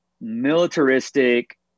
militaristic